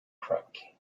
track